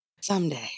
someday